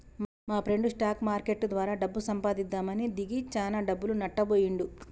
మాప్రెండు stock market ద్వారా డబ్బు సంపాదిద్దామని దిగి చానా డబ్బులు నట్టబొయ్యిండు